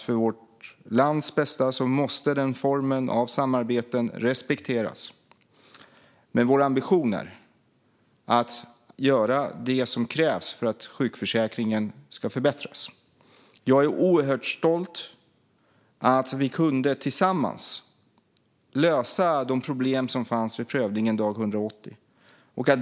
För vårt lands bästa måste självklart den formen av samarbeten respekteras. Men vår ambition är att göra det som krävs för att sjukförsäkringen ska förbättras. Jag är oerhört stolt över att vi tillsammans kunde lösa de problem som fanns vid prövningen dag 180.